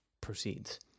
proceeds